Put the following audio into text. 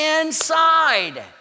inside